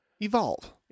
Evolve